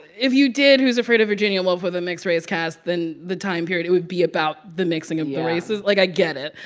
if you did who's afraid of virginia woolf with a mixed-race cast, then the time period, it would be about the mixing of the. yeah. races. like, i get it,